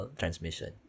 transmission